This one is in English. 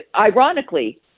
ironically